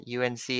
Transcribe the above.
UNC